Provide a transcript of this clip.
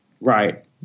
Right